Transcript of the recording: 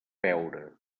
veure